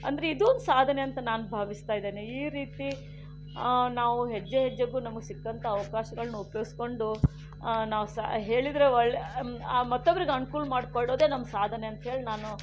ಅಂದರೆ ಇದೂ ಒಂದು ಸಾಧನೆ ಅಂತ ನಾನು ಭಾವಿಸ್ತಾ ಇದ್ದೇನೆ ಈ ರೀತಿ ನಾವು ಹೆಜ್ಜೆ ಹೆಜ್ಜೆಗೂ ನಮಗೆ ಸಿಕ್ಕಂತಹ ಅವಕಾಶಗಳನ್ನು ಉಪಯೋಗಿಸಿಕೊಂಡು ನಾವು ಸ ಹೇಳಿದರೆ ಒಳ್ಳೆಯ ಮತ್ತೊಬ್ಬರಿಗೆ ಅನುಕೂಲ ಮಾಡ್ಕೊಳ್ಳೋದೇ ನಮ್ಮ ಸಾಧನೆ ಅಂತ ಹೇಳಿ ನಾನು